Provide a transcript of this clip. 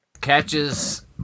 catches